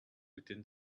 within